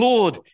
Lord